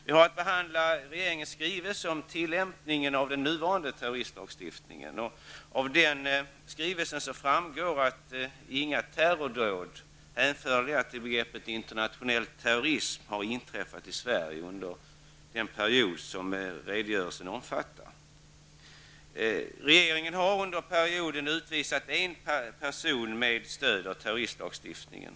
Vi har att behandla regeringens skrivelse om tillämpningen av den nuvarande terroristlagstiftningen. Av den skrivelsen framgår att inga terrordåd hänförliga till begreppet internationell terrorism har inträffat i Sverige under den period som redogörelsen omfattar. Regeringen har under perioden utvisat en person med stöd av terroristlagstiftningen.